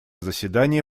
заседание